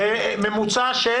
כן.